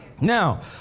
now